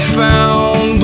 found